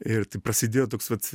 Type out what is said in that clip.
ir taip prasidėjo toks vat